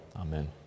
Amen